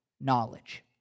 knowledge